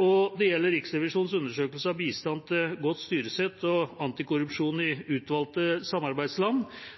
og det gjelder «Riksrevisjonen undersøkelse av bistand til godt styresett og antikorrupsjon